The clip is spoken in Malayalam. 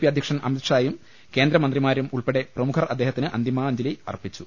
പി അധ്യക്ഷൻ അമിതാഷായും കേന്ദ്രമന്ത്രിമാരും ഉൾപ്പെടെ പ്രമു ഖർ അദ്ദേഹത്തിന് അന്തമാഞ്ജലി അർപ്പിച്ചു